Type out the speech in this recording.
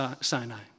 Sinai